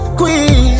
queen